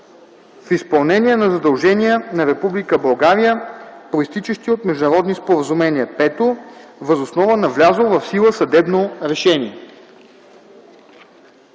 в изпълнение на задължения на Република България, произтичащи от международни споразумения; 5. въз основа на влязло в сила съдебно решение.